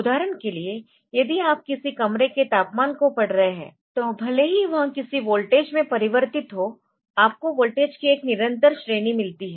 उदाहरण के लिए यदि आप किसी कमरे के तापमान को पढ़ रहे है तो भले ही वह किसी वोल्टेज में परिवर्तित हो आपको वोल्टेज की एक निरंतर श्रेणी मिलती है